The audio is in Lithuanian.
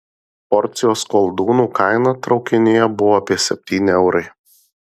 porcijos koldūnų kaina traukinyje buvo apie septyni eurai